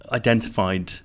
identified